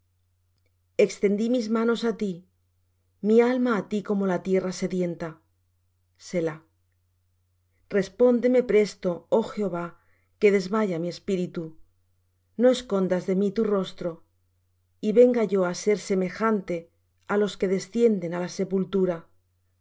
extendí mis manos á ti mi alma á ti como la tierra sedienta selah respóndeme presto oh jehová que desmaya mi espíritu no escondas de mí tu rostro y venga yo á ser semejante á los que descienden á la sepultura